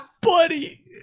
Buddy